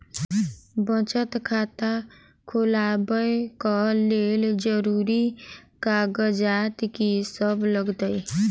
बचत खाता खोलाबै कऽ लेल जरूरी कागजात की सब लगतइ?